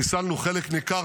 חיסלנו חלק ניכר